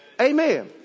Amen